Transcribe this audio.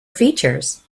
features